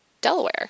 Delaware